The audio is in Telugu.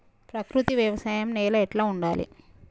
ప్రకృతి వ్యవసాయం నేల ఎట్లా ఉండాలి?